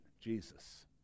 Jesus